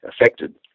affected